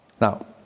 now